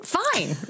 fine